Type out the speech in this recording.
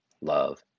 love